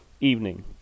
evening